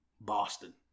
Boston